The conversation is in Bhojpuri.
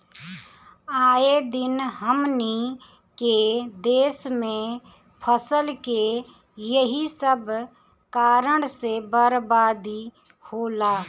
आए दिन हमनी के देस में फसल के एही सब कारण से बरबादी होला